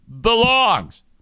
belongs